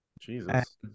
Jesus